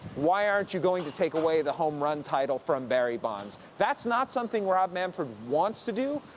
why aren't you going to take away the home run title from barry bonds? that's not something rob manfred wants to do,